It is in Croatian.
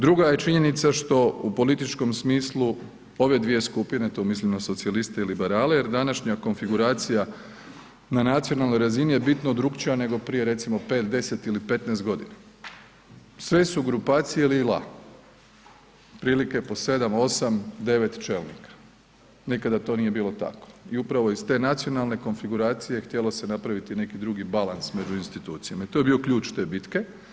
Druga je činjenica što u političkom smislu ove dvije skupine, tu mislim na socijaliste i liberale jer današnja konfiguracija na nacionalnoj razini je bitno drukčija nego prije recimo 5, 10 ili 15.g., sve su grupacije li-la, otprilike po sedam, osam, devet čelnika, nikada to nije bilo tako i upravo iz te nacionalne konfiguracije htjelo se napraviti neki drugi balans među institucijama i tu je bio ključ te bitke.